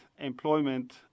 employment